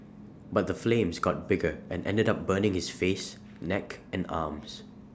but the flames got bigger and ended up burning his face neck and arms